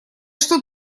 что